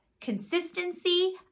consistency